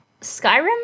Skyrim